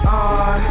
on